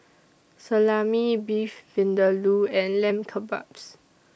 Salami Beef Vindaloo and Lamb Kebabs